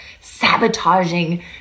sabotaging